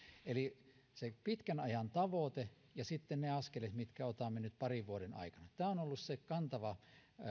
eli se pitkän ajan tavoite ja sitten ne askeleet mitkä otamme nyt parin vuoden aikana tämä on ollut se kantava